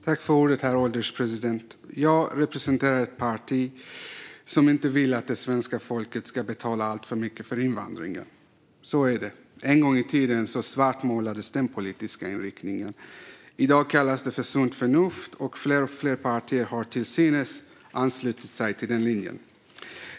Herr ålderspresident! Jag representerar ett parti som inte vill att det svenska folket ska betala alltför mycket för invandringen. Så är det. En gång i tiden svartmålades den politiska inriktningen. I dag kallas det sunt förnuft, och fler och fler partier har till synes anslutit sig till den linjen.